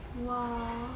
!wah!